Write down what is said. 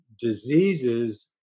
diseases